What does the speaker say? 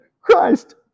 Christ